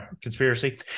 conspiracy